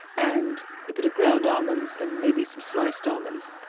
and a bit of ground almonds and maybe some sliced almonds,